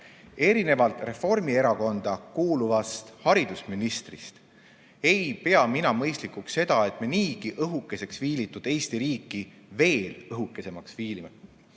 Erinevalt Reformierakonda kuuluvast haridusministrist ei pea mina mõistlikuks seda, et me niigi õhukeseks viilitud Eesti riiki veel õhemaks viilime.